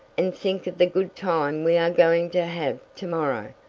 and think of the good time we are going to have to-morrow.